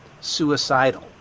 suicidal